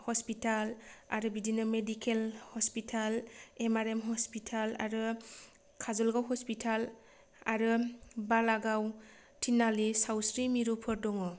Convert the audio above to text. hospital आरो बिदिनो medical hospital MRM hospital आरो काजलगाव हस्पिताल आरो बालागाव तिनआलि सावस्रि मिरुफोर दङ